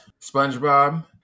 Spongebob